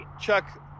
Chuck